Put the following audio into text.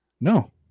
No